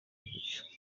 gicuku